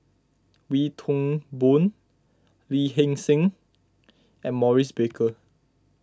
Wee Toon Boon Lee Hee Seng and Maurice Baker